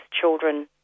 children